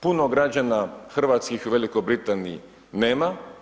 Puno građana Hrvatskih u Velikoj Britaniji nema.